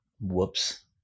whoops